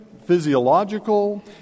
physiological